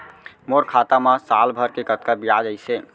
मोर खाता मा साल भर के कतका बियाज अइसे?